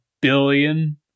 billion